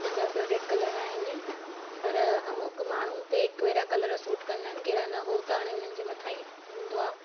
मुंहिंजा favourite colour आहिनि पर अमुक माण्हुनि ते कहिड़ा कलर सुट कंदा आहिनि कहिड़ा न हू त हाणे हुननि जे मथां ही हूंदो आहे